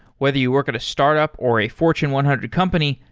whether you work at a startup or a fortune one hundred company,